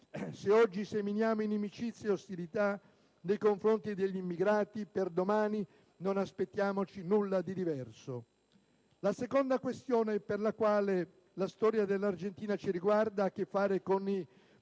Se oggi seminiamo inimicizia e ostilità nei confronti degli immigrati, per domani non aspettiamoci nulla di diverso. La seconda questione per la quale la storia dell'Argentina ci riguarda ha a che fare con i